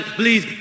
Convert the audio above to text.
please